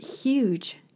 huge